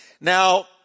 Now